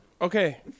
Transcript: Okay